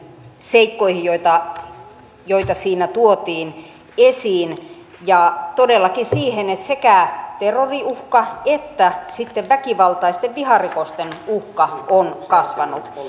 seikkoihin joita joita siinä tuotiin esiin todellakin siihen että sekä terroriuhka että sitten väkivaltaisten viharikosten uhka on kasvanut